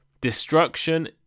Destruction